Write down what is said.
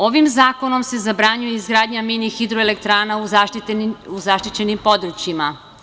Ovim zakonom se zabranjuje izgradnja mini-hidroelektrana u zaštićenim područjima.